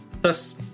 Thus